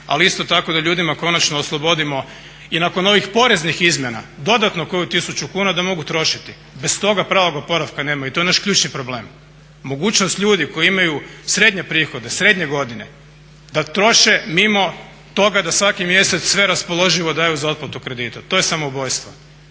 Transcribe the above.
ali isto tako da ljudima konačno oslobodimo i nakon ovih poreznih izmjena dodatno koju tisuću kuna da mogu trošiti. Bez toga pravog oporavka nema i to je naš ključni problem. Mogućnost ljudi koji imaju srednje prihode, srednje godine, da troše mimo toga da svaki mjesec sve raspoloživo daju za otplatu kredita, to je samoubojstvo.